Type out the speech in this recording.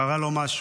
קרה לו משהו.